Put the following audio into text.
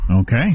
okay